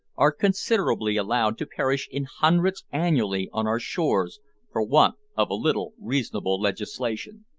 are considerately allowed to perish in hundreds annually on our shores for want of a little reasonable legislation.